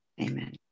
Amen